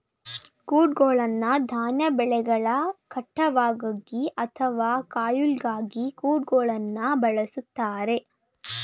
ಕುಡುಗ್ಲನ್ನ ಧಾನ್ಯ ಬೆಳೆಗಳ ಕಟಾವ್ಗಾಗಿ ಅಥವಾ ಕೊಯ್ಲಿಗಾಗಿ ಕುಡುಗೋಲನ್ನ ಬಳುಸ್ತಾರೆ